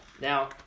Now